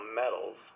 metals